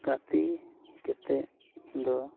ᱜᱟᱛᱮ ᱠᱟᱛᱮᱫ ᱫᱚ